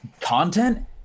Content